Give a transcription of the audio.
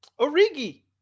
Origi